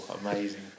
amazing